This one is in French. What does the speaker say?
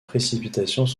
précipitations